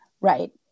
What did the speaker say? right